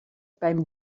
beim